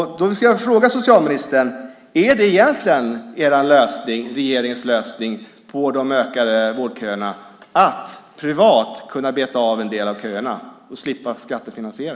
Jag vill fråga socialministern: Är det egentligen regeringens lösning på de ökade vårdköerna att privat kunna beta av en del av köerna och slippa skattefinansiera?